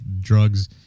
drugs